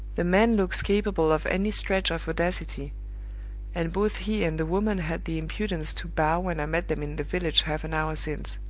the man looks capable of any stretch of audacity and both he and the woman had the impudence to bow when i met them in the village half an hour since.